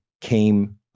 came